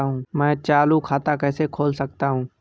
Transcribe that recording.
मैं चालू खाता कैसे खोल सकता हूँ?